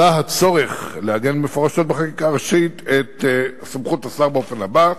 עלה הצורך לעגן מפורשות בחקיקה ראשית את סמכות השר באופן הבא: